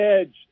edge